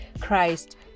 christ